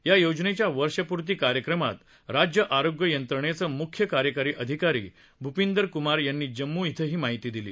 या योजनेच्या वर्षपूर्ती कार्यक्रमात राज्य आरोग्य यंत्रणेचे म्ख्य कार्यकारी अधिकारी भूपिंदर क्मार यांनी जम्मू इथं ही माहिती दिली